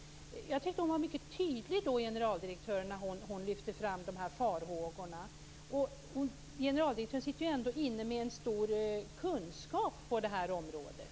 Jag tycker att generaldirektören var mycket tydlig när hon lyfte fram de här farhågorna. Generaldirektören sitter ändå inne med en stor kunskap på det här området.